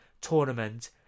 tournament